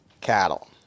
cattle